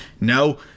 No